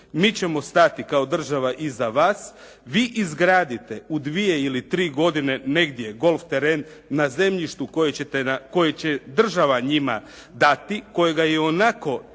mi ćemo stati kao država iza vas, vi izgradite u dvije ili tri godine negdje golf teren na zemljištu koje će država njima dati, kojega je ionako